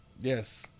Yes